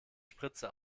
spritze